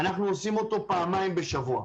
אנחנו עושים אותו פעמיים בשבוע,